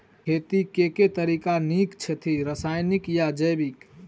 खेती केँ के तरीका नीक छथि, रासायनिक या जैविक?